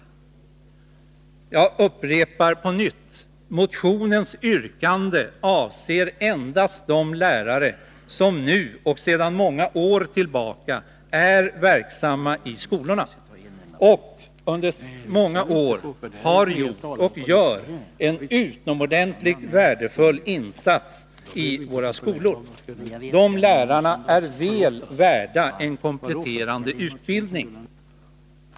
Jag upprepar: Yrkandet i motionen avser endast de lärare som nu och sedan många år tillbaka är verksamma i skolorna och som under många år har gjort, och gör, en utomordentligt värdefull insats i våra skolor. De lärarna är väl värda en kompletterande utbildning.